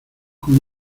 con